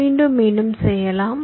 மீண்டும் மீண்டும் செய்யலாம்